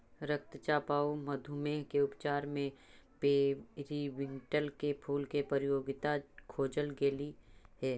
रक्तचाप आउ मधुमेह के उपचार में पेरीविंकल के फूल के उपयोगिता खोजल गेली हे